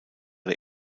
der